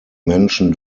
menschen